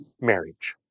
marriage